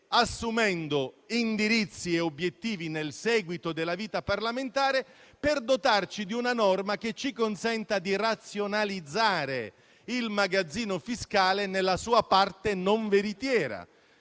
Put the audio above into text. assumendo indirizzi e obiettivi nel seguito della vita parlamentare per dotarci di una norma che ci consenta di razionalizzare il magazzino fiscale nella sua parte non veritiera,